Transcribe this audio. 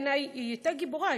בעיני היא הייתה גיבורה,